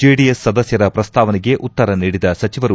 JDS ಸದಸ್ನರ ಪ್ರಸ್ತಾವನೆಗೆ ಉತ್ತರ ನೀಡಿದ ಸಚಿವರು